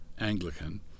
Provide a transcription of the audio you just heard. Anglican